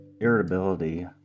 irritability